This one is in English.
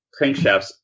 crankshafts